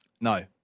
No